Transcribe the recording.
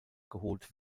geholt